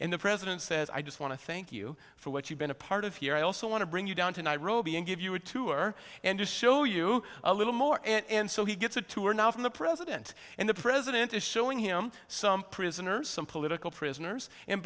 in the president says i just want to thank you for what you've been a part of here i also want to bring you down to nairobi and give you a tour and to show you a little more and so he gets a tour now from the president and the president is showing him some prisoners some political prisoners and